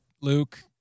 Luke